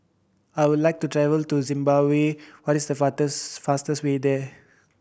I would like to travel to Zimbabwe What is the fastest way there